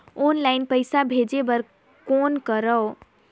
Online पईसा भेजे बर कौन करव?